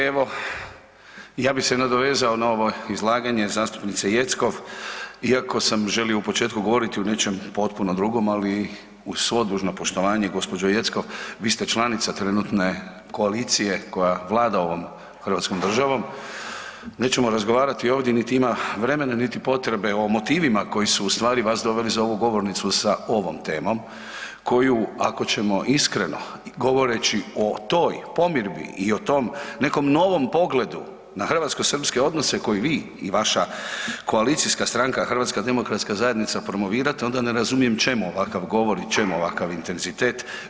Evo ja bih se nadovezao na ovo izlaganje zastupnice Jeckov, iako sam u početku želio govoriti o nečem potpuno drugom, ali uz svo dužno poštovanje gospođo Jeckov, vi ste članica trenutne koalicije koja vlada ovom Hrvatskom državom, nećemo razgovarati ovdje niti ima vremena, niti ima potrebe o motivima koji su ustvari vas doveli za ovu govornicu sa ovom temom koju ako ćemo iskreno govoreći o toj pomirbi i o tom nekom novom pogledu na hrvatsko-srpske odnose koje vi i vaša koalicijska stranka HDZ promovirate onda ne razumijem čemu ovakav govor i čemu ovakav intenzitete.